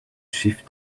shift